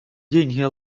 деньги